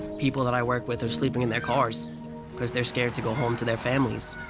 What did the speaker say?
people that i work with are sleeping in their cars because they're scared to go home to their families.